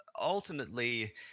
ultimately